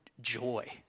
joy